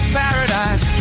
paradise